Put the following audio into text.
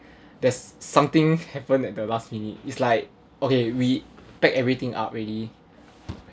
there's something happened at the last minute it's like okay we packed everything up already